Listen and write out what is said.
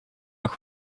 nog